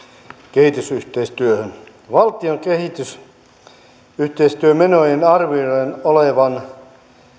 kehitysyhteistyöhön valtion kehitysyhteistyömenojen arvioidaan olevan